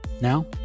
Now